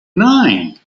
nine